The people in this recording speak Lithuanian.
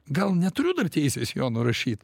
gal neturiu teisės jo nurašyt